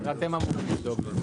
אני מקבלת את דבריך.